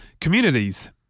communities